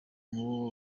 mubo